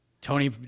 Tony